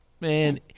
Man